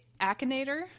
Akinator